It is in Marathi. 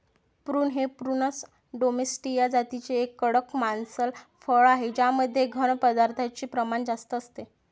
प्रून हे प्रूनस डोमेस्टीया जातीचे एक कडक मांसल फळ आहे ज्यामध्ये घन पदार्थांचे प्रमाण जास्त असते